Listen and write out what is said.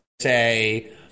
say